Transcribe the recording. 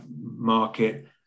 market